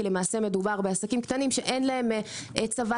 כי מדובר בעסקים קטנים שאין להם צבא